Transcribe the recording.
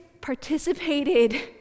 participated